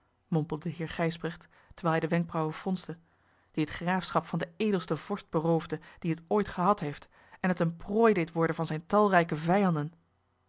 mompelde heer gijsbrecht terwijl hij de wenkbrauwen fronste die het graafschap van den edelsten vorst beroofde dien het ooit gehad heeft en het eene prooi deed worden van zijne talrijke vijanden